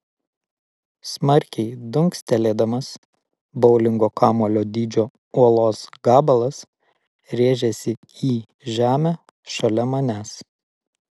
smarkiai dunkstelėdamas boulingo kamuolio dydžio uolos gabalas rėžėsi į žemę šalia manęs